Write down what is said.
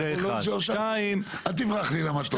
אל תברח לי למשהו אחר.